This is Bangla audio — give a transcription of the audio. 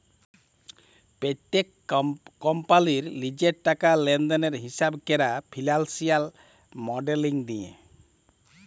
প্যত্তেক কম্পালির লিজের টাকা লেলদেলের হিঁসাব ক্যরা ফিল্যালসিয়াল মডেলিং দিয়ে